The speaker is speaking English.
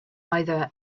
either